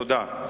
תודה.